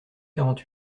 quarante